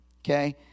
Okay